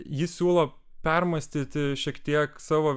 ji siūlo permąstyti šiek tiek savo